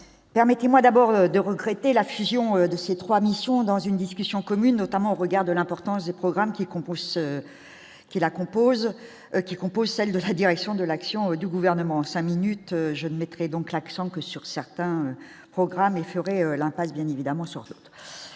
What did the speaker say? permettez-moi d'abord de regretter la fusion de ces 3 missions dans une discussion commune, notamment au regard de l'importance des programmes qui composent qui la composent qui composent, celle de la direction de l'action du gouvernement aux 5 minutes je mettrai donc l'accent que sur certains programmes et feraient l'impasse bien évidemment sur sur